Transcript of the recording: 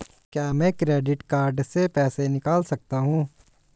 क्या मैं credit card से पैसे निकाल सकता हूँ?